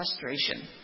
frustration